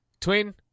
Twin